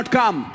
come